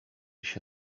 się